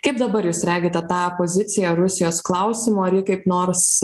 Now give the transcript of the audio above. kaip dabar jūs regite tą poziciją rusijos klausimu ar ji kaip nors